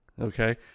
okay